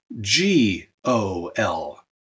G-O-L